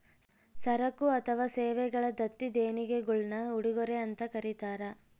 ಸರಕು ಅಥವಾ ಸೇವೆಗಳ ದತ್ತಿ ದೇಣಿಗೆಗುಳ್ನ ಉಡುಗೊರೆ ಅಂತ ಕರೀತಾರ